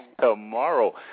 tomorrow